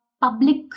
public